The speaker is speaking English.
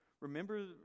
Remember